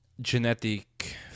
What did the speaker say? genetic